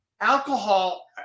Alcohol